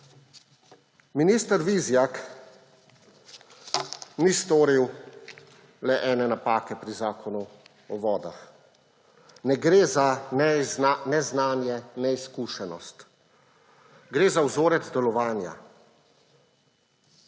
minister Vizjak ni storil le ene napake pri Zakonu o vodah. Ne gre za neznanje, neizkušenost, gre za vzorec delovanja.